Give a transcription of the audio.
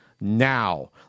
now